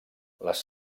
les